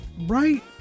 right